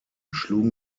schlugen